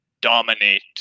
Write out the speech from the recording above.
dominate